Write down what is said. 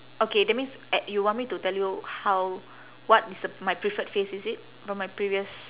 okay that means a~ you want me to tell you how what is a my preferred face is it from like previous